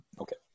Okay